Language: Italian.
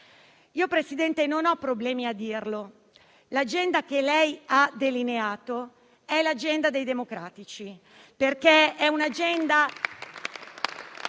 Presidente Draghi, io non ho problemi a dire che l'agenda che lei ha delineato è l'agenda dei democratici, perché è un'agenda